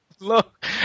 Look